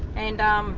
and um